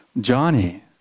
Johnny